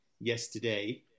yesterday